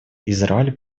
израиль